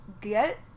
get